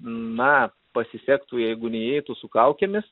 na pasisektų jeigu neįeitų su kaukėmis